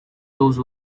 those